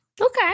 Okay